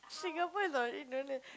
Singapore is already